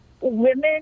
women